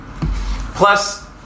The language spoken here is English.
Plus